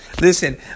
Listen